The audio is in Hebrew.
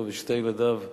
אותו ושני ילדיו,